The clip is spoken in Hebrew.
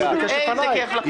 איזה כייף לכם.